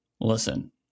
listen